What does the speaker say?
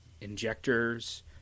injectors